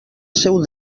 seu